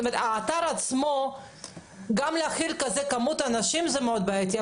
כלומר גם להכיל כמות כזו של אנשים באתר עצמו זה בעייתי מאוד,